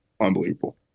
unbelievable